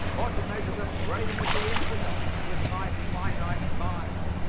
or to measure the brain of the infinite with my finite mind?